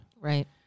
Right